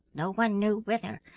no one knew whither,